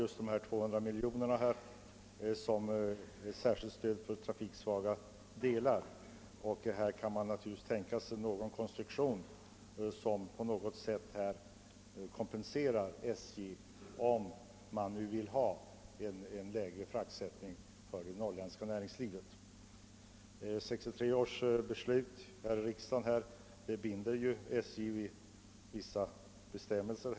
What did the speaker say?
Enligt 1963 års riksdagsbeslut skall SJ bära sig ekonomiskt, och problemet måste därför lösas på annat sätt. Kommunikationsministern nämnde de 200 miljoner kronor som anslås som särskilt stöd för trafiksvaga delar.